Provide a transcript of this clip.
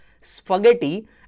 spaghetti